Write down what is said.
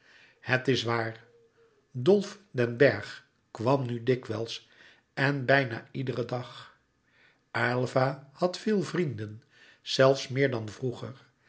het is waar dolf den bergh kwam nu dikwijls en bijna iederen dag aylva had wel vrienden zelfs meer dan vroeger